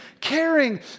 caring